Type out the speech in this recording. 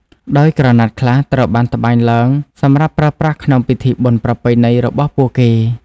ដោយក្រណាត់ខ្លះត្រូវបានត្បាញឡើងសម្រាប់ប្រើប្រាស់ក្នុងពិធីបុណ្យប្រពៃណីរបស់ពួកគេ។